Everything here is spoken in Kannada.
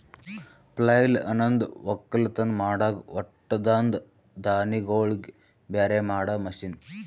ಪ್ಲಾಯ್ಲ್ ಅನಂದ್ ಒಕ್ಕಲತನ್ ಮಾಡಾಗ ಹೊಟ್ಟದಾಂದ ದಾಣಿಗೋಳಿಗ್ ಬ್ಯಾರೆ ಮಾಡಾ ಮಷೀನ್